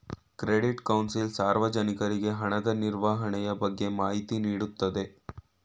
credit council ಸಾರ್ವಜನಿಕರಿಗೆ ಹಣದ ನಿರ್ವಹಣೆಯ ಬಗ್ಗೆ ಮಾಹಿತಿ ನೀಡುತ್ತದೆ